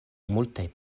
multaj